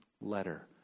letter